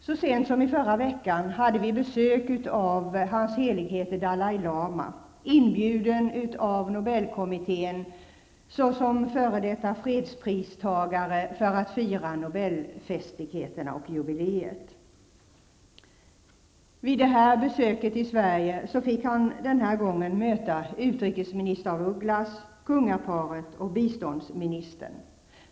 Så sent som i förra veckan hade vi besök av hans helighet Dalai Lama, inbjuden av Nobelkommittén såsom f.d. fredspristagare för att fira Sverige fick han den här gången möta utrikesminister af Ugglas, kungaparet och biståndsministern.